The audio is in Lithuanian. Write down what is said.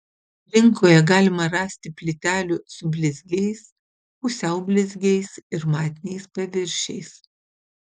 rinkoje galima rasti plytelių su blizgiais pusiau blizgiais ir matiniais paviršiais